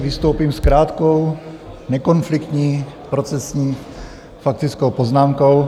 Vystoupím s krátkou, nekonfliktní, procesní faktickou poznámkou.